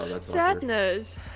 Sadness